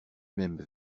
même